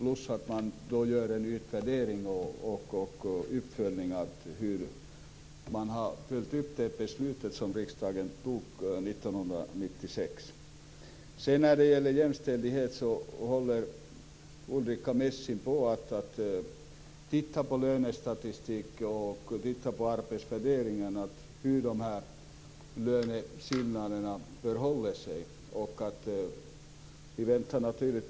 Dessutom gör man en utvärdering av hur det beslut som riksdagen tog 1996 har följts upp. Vad gäller jämställdheten håller Ulrica Messing på att titta närmare på lönestatistik och arbetsvärdering för att se hur det förhåller sig med löneskillnaderna.